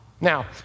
Now